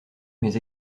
mais